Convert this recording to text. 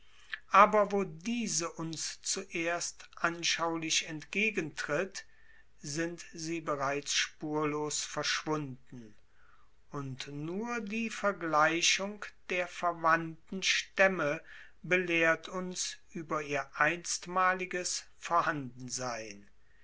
aber wo diese uns zuerst anschaulich entgegentritt sind sie bereits spurlos verschwunden und nur die vergleichung der verwandten staemme belehrt uns ueber ihr einstmaliges vorhandensein